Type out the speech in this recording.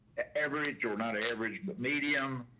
average are not average but medium,